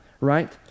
right